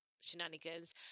shenanigans